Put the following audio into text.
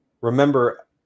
remember